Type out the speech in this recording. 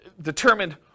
determined